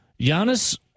Giannis